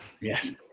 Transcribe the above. Yes